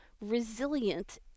resilient